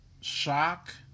shock